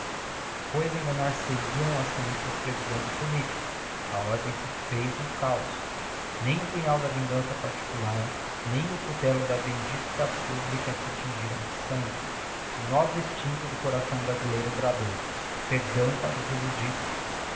pois enganar seiam as sinistras previsões do politico a ordem se fez no cahos nem o punhal da vingança particular nem o cutello da vindicta publica se tingiram de sangue o nobre instincto do coração brasileiro bradou perdão para os illudidos